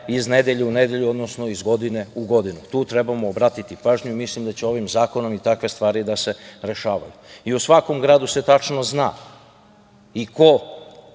iz nedelje u nedelju, odnosno iz godine u godinu. Tu treba da obratimo pažnju i mislim da će ovim zakonom i takve stvari da se rešavaju.U svakom gradu se tačno zna i ko